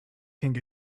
king